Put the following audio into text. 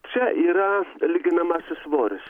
čia yra lyginamasis svoris